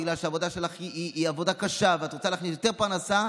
בגלל שהעבודה שלך היא עבודה קשה ואת רוצה להכניס יותר פרנסה,